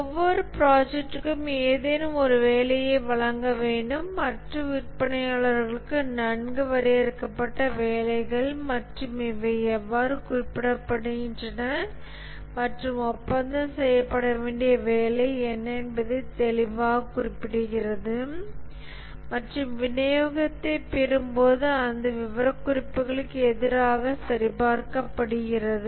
ஒவ்வொரு ப்ராஜெக்ட்டும் ஏதேனும் ஒரு வேலையை வழங்க வேண்டும் மற்ற விற்பனையாளர்களுக்கு நன்கு வரையறுக்கப்பட்ட வேலைகள் மற்றும் இவை எவ்வாறு குறிப்பிடப்படுகின்றன மற்றும் ஒப்பந்தம் செய்யப்பட வேண்டிய வேலை என்ன என்பதை தெளிவாகக் குறிப்பிடுகிறது மற்றும் விநியோகத்தைப் பெறும்போது அந்த விவரக்குறிப்புகளுக்கு எதிராக சரிபார்க்கப்படுகிறது